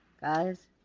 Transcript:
Guys